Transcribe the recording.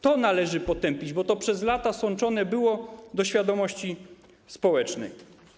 To należy potępić, bo to przez lata sączone było do świadomości społecznej.